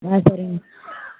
ஆ சரிங்க